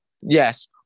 Yes